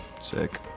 Sick